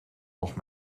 nog